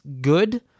good